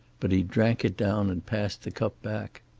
but he drank it down and passed the cup back.